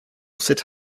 sit